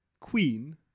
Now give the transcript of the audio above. queen